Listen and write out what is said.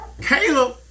Caleb